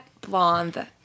blonde